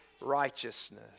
righteousness